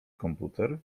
komputer